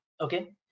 Okay